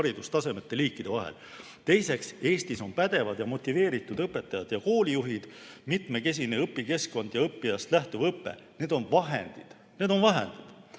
haridustasemete ja ‑liikide vahel. Teiseks, Eestis on pädevad ja motiveeritud õpetajad ja koolijuhid, mitmekesine õpikeskkond ning õppijast lähtuv õpe. Need on vahendid! Need on vahendid! Nii,